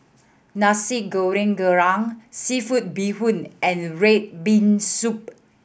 Nasi Goreng Kerang Seafood Bee Hoon and red bean soup